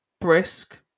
brisk